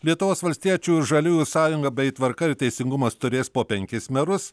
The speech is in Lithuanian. lietuvos valstiečių ir žaliųjų sąjunga bei tvarka ir teisingumas turės po penkis merus